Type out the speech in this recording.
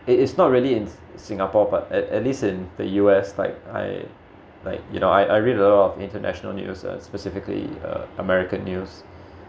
it is not really in singapore but at at least in the U_S like I like you know I I read a lot of international news specifically uh american news